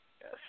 Yes